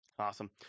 Awesome